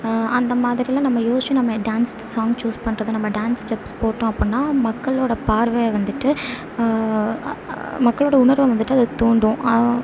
அந்தமாதிரிலாம் நம்ம யோசிச்சு நம்ம டான்ஸ் சாங் சூஸ் பண்ணுறது நம்ம டான்ஸ் ஸ்டெப்ஸ் போட்டோம் அப்படின்னா மக்களோட பார்வை வந்துட்டு மக்களோட உணர்வை வந்துட்டு அது தூண்டும்